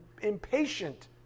impatient